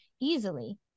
easily